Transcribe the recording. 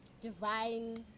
divine